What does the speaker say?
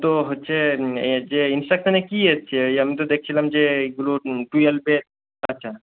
তো হচ্ছে এর যে ইনস্ট্রাকশনে কী এসছে ওই আমি তো দেখছিলাম যে এইগুলো টুয়েলভে আচ্ছা